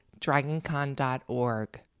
dragoncon.org